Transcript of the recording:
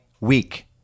week